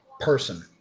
person